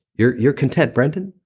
you're you're content, brendon.